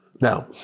Now